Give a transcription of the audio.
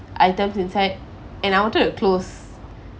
items inside and I wanted to close